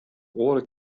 oare